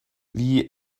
wie